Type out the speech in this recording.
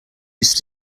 used